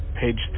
page